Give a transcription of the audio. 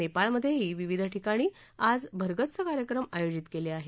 नेपाळमधेही विविध ठिकाणी आज भरगच्च कार्यक्रम आयोजित केले आहेत